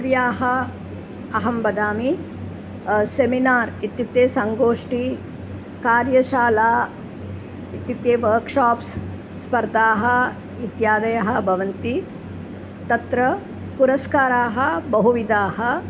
क्रियाः अहं वदामि सेमिनार् इत्युक्ते सङ्गोष्ठी कार्यशाला इत्युक्ते वक्शोप्स् स्पर्धाः इत्यादयः भवन्ति तत्र पुरस्काराः बहुविधाः